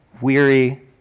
weary